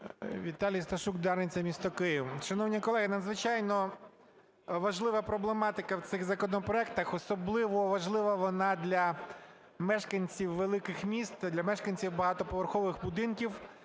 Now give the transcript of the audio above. Віталій Сташук, Дарниця, місто Київ. Шановні колеги, надзвичайно важлива проблематика в цих законопроектах, особливо важлива вона для мешканців великих міст та для мешканців багатоповерхових будинків.